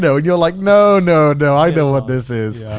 know? you're like, no, no, no, i know what this is.